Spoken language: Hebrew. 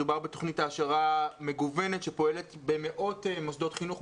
מדובר בתוכנית העשרה מגוונת שפועלת במאות מוסדות חינוך,